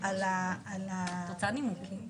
אחד.